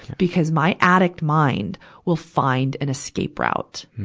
because my addict mind will find an escape route.